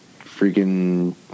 freaking